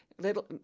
little